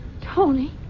Tony